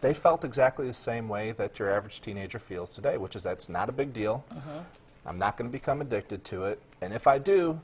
they felt exactly the same way that your average teenager feels today which is that's not a big deal i'm not going to become addicted to it and if i do